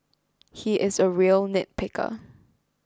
he is a real nitpicker